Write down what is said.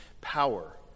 power